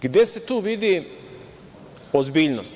Gde se tu vidi ozbiljnost?